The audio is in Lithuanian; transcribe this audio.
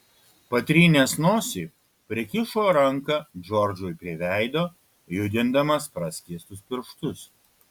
patrynęs nosį prikišo ranką džordžui prie veido judindamas praskėstus pirštus